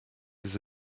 his